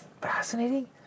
fascinating